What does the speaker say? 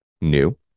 new